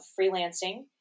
freelancing